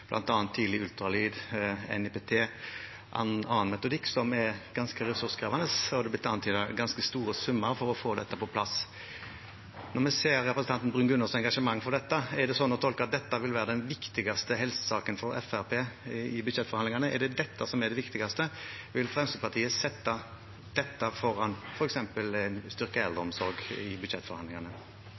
gjelder tidlig ultralyd, NIPT og annen metodikk som er ganske ressurskrevende, er det blitt antydet ganske store summer for å få det på plass. Når vi ser representanten Bruun-Gundersens engasjement for dette, er det slik at akkurat dette vil være den viktigste helsesaken for Fremskrittspartiet i budsjettforhandlingene? Er det dette som er det viktigste? Vil Fremskrittspartiet sette dette foran f.eks. styrket eldreomsorg i budsjettforhandlingene?